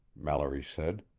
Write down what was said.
mallory said.